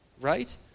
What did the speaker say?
Right